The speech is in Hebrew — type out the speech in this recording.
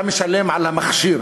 אתה משלם על המכשיר,